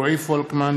רועי פולקמן,